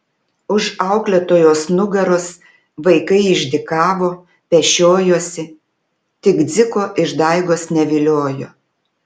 už auklėtojos nugaros vaikai išdykavo pešiojosi tik dziko išdaigos neviliojo